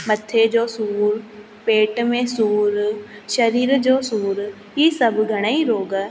मथे जो सूर पेट में सूर शरीर जो सूर हीउ सभु घणेई रोॻ